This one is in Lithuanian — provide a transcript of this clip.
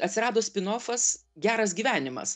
atsirado spinofas geras gyvenimas